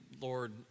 Lord